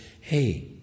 Hey